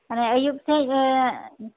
ᱚᱱᱮ ᱟᱹᱭᱩᱵ ᱥᱮᱫ